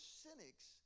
cynics